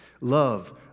love